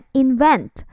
invent